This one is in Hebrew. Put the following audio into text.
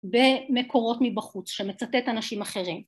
במקורות מבחוץ שמצטט אנשים אחרים.